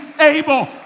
able